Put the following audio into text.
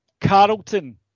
carlton